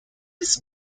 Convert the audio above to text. his